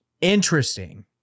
Interesting